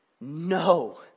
No